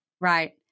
Right